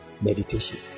meditation